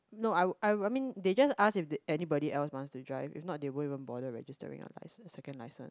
no I I I mean they just ask if there's anybody else wants to drive if not they won't even bother registering our license second license